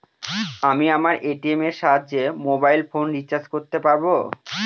আমি আমার এ.টি.এম এর সাহায্যে মোবাইল ফোন রিচার্জ করতে পারব?